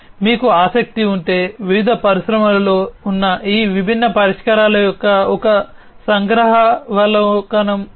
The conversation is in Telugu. మీకు ఆసక్తి ఉంటే వివిధ పరిశ్రమలలో ఉన్న ఈ విభిన్న పరిష్కారాల యొక్క ఒక సంగ్రహావలోకనం ఇది